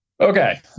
Okay